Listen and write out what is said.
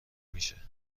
میشه